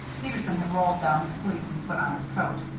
peterson had rolled down his sleeves and put on his coat.